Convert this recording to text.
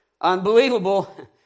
unbelievable